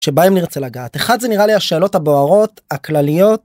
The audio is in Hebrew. שבה אם נרצה לגעת אחד זה נראה לי השאלות הבוערות הכלליות.